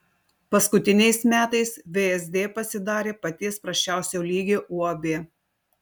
paskutiniais metais vsd pasidarė paties prasčiausio lygio uab